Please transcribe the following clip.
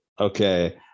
Okay